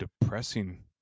depressing